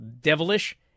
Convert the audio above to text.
devilish